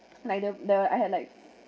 like the the I had like